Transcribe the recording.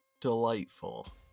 Delightful